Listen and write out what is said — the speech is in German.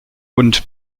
und